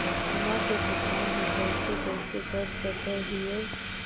बीमा के भुगतान हम कैसे कैसे कर सक हिय?